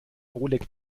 oleg